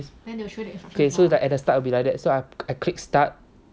okay so at the start will be like that